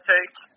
Take